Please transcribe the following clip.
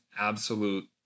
absolute